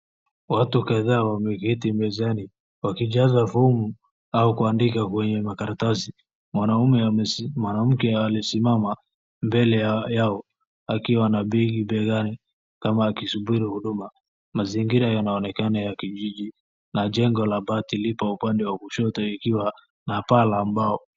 Watu kadhaa wameketi mezani wakijaza fomu au kuandika kwenye makaratasi. Mwanamke aliye simama mbele ya yao, akiwa na begi begani kama akisubiri huduma. Mazingira yanaonekana ya kijiji na jengo la bati lipo upande wa kushoto ikiwa na paa la mbao.